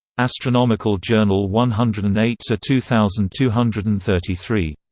astronomical journal one hundred and eight so two thousand two hundred and thirty three.